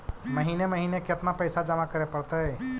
महिने महिने केतना पैसा जमा करे पड़तै?